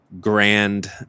grand